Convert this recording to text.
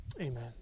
Amen